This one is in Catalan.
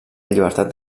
llibertat